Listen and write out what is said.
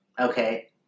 okay